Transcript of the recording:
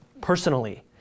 personally